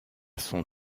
son